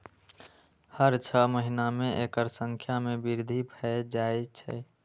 हर छह महीना मे एकर संख्या मे वृद्धि भए जाए छै